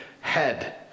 head